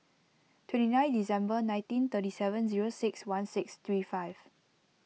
twenty nine December nineteen thirty seven zero six one six three five